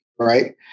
Right